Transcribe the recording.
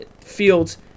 Fields